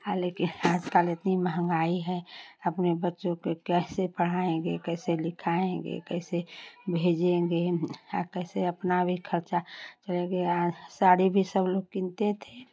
हाँ लेकिन आजकाल इतनी मंहगाई है अपने बच्चों को कैसे पढ़ाएंगे कैसे लिखाएंगे कैसे भेजेंगे आ कैसे अपना भी खर्चा करेंगे आ साड़ी भी सब लोग किनते थे